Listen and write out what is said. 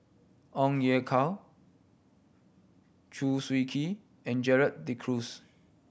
Ong Ye Kung Chew Swee Kee and Gerald De Cruz